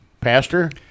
Pastor